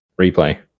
Replay